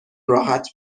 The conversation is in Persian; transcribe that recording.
راحت